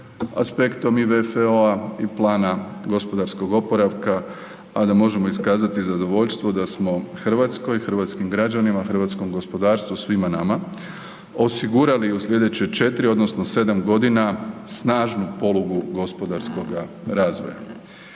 aspektom i VFO-a i plana gospodarskog oporavka, a da možemo iskazati zadovoljstvo da smo Hrvatskoj, hrvatskim građanima, hrvatskom gospodarstvu, svima nama, osigurali u sljedeće 4 odnosno 7 godina snažnu polugu gospodarskoga razvoja.